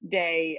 day